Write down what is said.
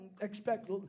expect